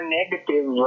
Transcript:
negative